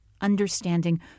understanding